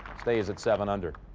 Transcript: stays at seven under.